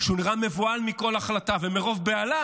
שהוא נראה מבוהל מכל החלטה, ומרוב בהלה